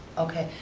okay,